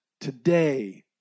Today